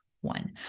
one